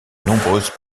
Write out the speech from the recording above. nombreuses